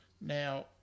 Now